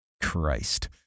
Christ